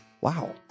Wow